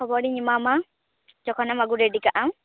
ᱠᱷᱚᱵᱚᱨᱤᱧ ᱮᱢᱟᱢᱟ ᱡᱚᱠᱷᱚᱱᱮᱢ ᱟᱹᱜᱩ ᱨᱮᱰᱤ ᱠᱟᱜᱼᱟᱢ